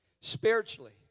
spiritually